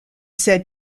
said